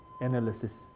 analysis